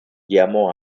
llamó